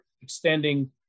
extending